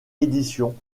édition